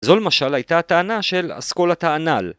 ‫זו למשל הייתה הטענה של אסכולת האנאל.